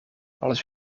als